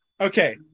okay